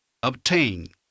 obtain